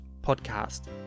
podcast